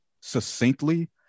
succinctly